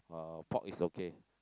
uh pork is okay